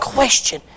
question